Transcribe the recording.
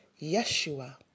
Yeshua